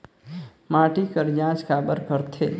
माटी कर जांच काबर करथे?